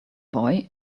boy